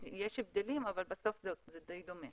יש הבדלים אבל בסוף זה די דומה.